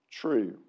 true